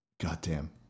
Goddamn